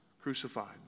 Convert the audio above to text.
crucified